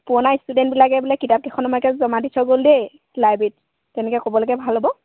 পুৰণা ষ্টুডেণ্টবিলাকে বোলে কিতাপকেইখনমানকে জমা দি থৈ গ'ল দেই লাইব্ৰেৰীত তেনেকৈ ক'বলৈকে ভাল হ'ব